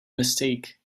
mistake